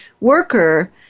worker